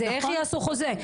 איך הן יעשו חוזה?